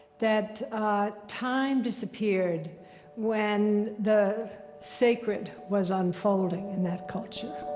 that time disappeared when the sacred was unfolding in that culture